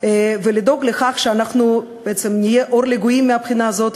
ולדאוג לכך שאנחנו נהיה אור לגויים מהבחינה הזאת,